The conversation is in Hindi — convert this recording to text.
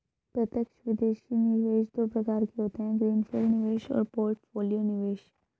प्रत्यक्ष विदेशी निवेश दो प्रकार के होते है ग्रीन फील्ड निवेश और पोर्टफोलियो निवेश